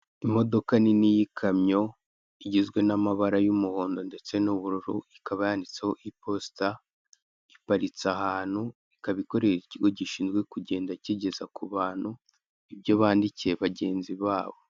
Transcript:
Imodoka nini y'ikamyo, igizwe n'amabara y'umuhondo ndetse n'ubururu, ikaba yanditseho iposita, iparitse ahantu, ikaba ikore ikigo gishinzwe kugenda kigeza ku bantu ibyo bandikiye bagenzi babo.